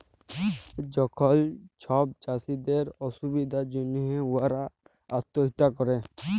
যখল ছব চাষীদের অসুবিধার জ্যনহে উয়ারা আত্যহত্যা ক্যরে